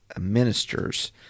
ministers